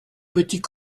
petit